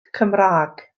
cymraeg